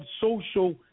social